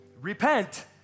repent